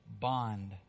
bond